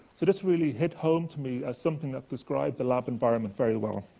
so this really hit home to me as something that described the lab environment very well.